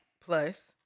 plus